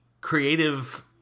creative